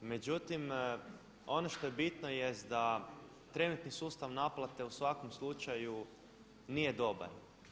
Međutim, ono što je bitno jest da trenutni sustav naplate u svakom slučaju nije dobar.